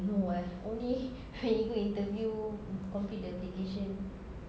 no [what] only when you go interview complete the application